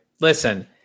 Listen